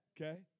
Okay